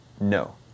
No